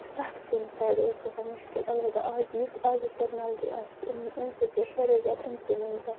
پرٮ۪تھ کُنہِ سایڈٕ اوس گژھان مُشکِل اَلبتہ آز یُس آزٕچ ٹیٚکنالجی آسہِ اَمہِ سۭتۍ گژھِ واریاہ زیادٕ اِمپروٗمیٚنٹ